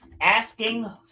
asking